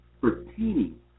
pertaining